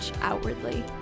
outwardly